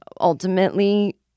ultimately